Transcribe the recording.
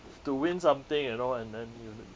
to win something you know and then you